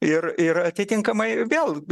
ir ir atitinkamai vėl